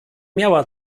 miała